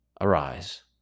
Arise